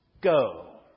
go